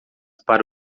para